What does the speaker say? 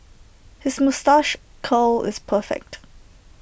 his moustache curl is perfect